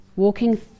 Walking